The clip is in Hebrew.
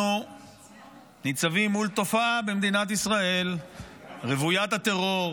אנחנו ניצבים מול תופעה במדינת ישראל רוויית הטרור,